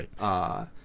Right